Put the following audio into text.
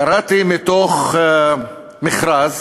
קראתי מתוך מכרז